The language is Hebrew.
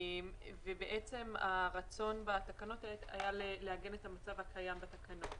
בעצם הרצון בתקנות האלה היה לעגן את המצב הקיים בתקנות.